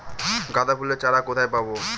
গাঁদা ফুলের চারা কোথায় পাবো?